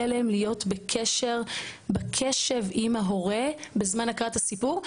להם להיות בקשב עם ההורה בזמן הקראת הסיפור?